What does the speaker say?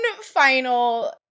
final